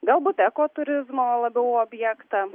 galbūt eko turizmo labiau objektą